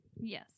yes